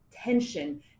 tension